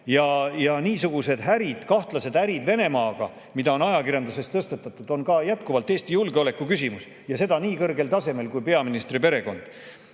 Niisugused kahtlased ärid Venemaaga, mille kohta on ajakirjanduses küsimusi tõstatatud, on jätkuvalt Eesti julgeoleku küsimus ja seda nii kõrgel tasemel kui peaministri perekond.